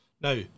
Now